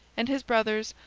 and his brothers,